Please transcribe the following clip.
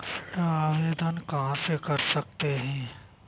ऋण आवेदन कहां से कर सकते हैं?